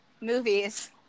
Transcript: movies